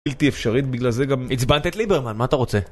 בלתי אפשרית בגלל זה גם... עיצבנת את ליברמן, מה אתה רוצה?